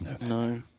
No